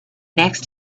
next